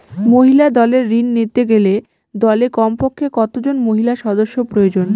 মহিলা দলের ঋণ নিতে গেলে দলে কমপক্ষে কত জন মহিলা সদস্য প্রয়োজন?